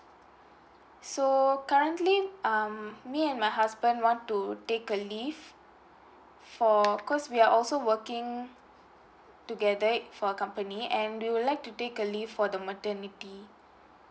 so currently um me and my husband want to take a leave for of course we are also working together for the company and we would like to take a leave for the maternity